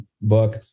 book